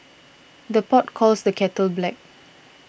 the pot calls the kettle black